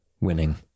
Winning